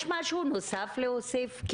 יש משהו נוסף להוסיף?